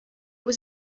was